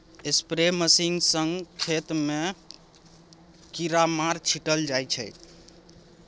spray machine सँ खेत मे कीरामार छीटल जाइ छै